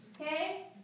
okay